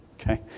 Okay